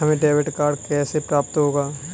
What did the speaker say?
हमें debit card कैसे प्राप्त होगा?